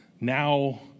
now